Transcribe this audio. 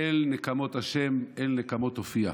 "אל נקמות ה' אל נקמות הופיע".